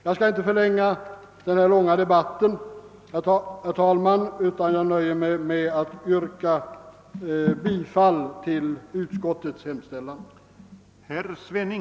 Jag skall inte ytterligare förlänga denna långa debatt, herr talman, utan nöjer mig med att yrka bifall till utskottets hemställan.